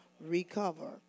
Recover